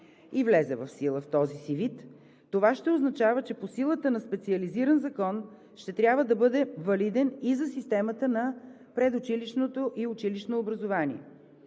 и влезе в сила в този си вид, това ще означава, че по силата на специализиран закон ще трябва да бъде валиден и за системата на предучилищното и училищното образование,